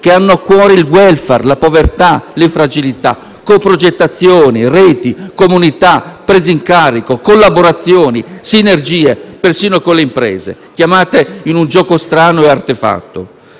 che hanno a cuore il *welfare*, la povertà e le fragilità; come anche coprogettazione, reti, comunità, presa in carico, collaborazioni, sinergie persino con le imprese (chiamate invece in un gioco strano e artefatto).